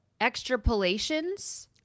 Extrapolations